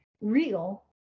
real